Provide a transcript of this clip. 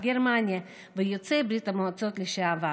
גרמניה ויוצאי ברית המועצות לשעבר.